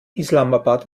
islamabad